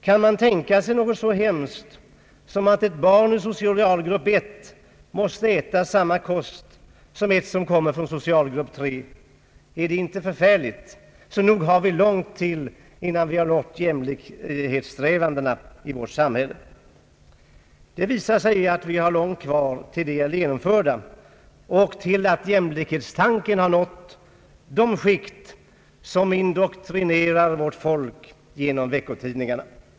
Kan man tänka sig något så hemskt som att ett barn ur socialgrupp I måste äta samma kost som ett barn från socialgrupp III! Är det inte förfärligt? Nog har vi långt kvar till jämlikhet i vårt samhälle! Det visar sig att vi har långt kvar tills dessa strävanden är genomförda och till att jämlikhetstanken har nått ned till de skikt som indoktrinerar vårt folk genom veckotidningarna.